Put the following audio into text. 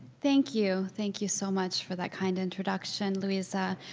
thank you. thank you so much for that kind introduction, louisa.